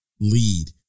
lead